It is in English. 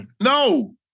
No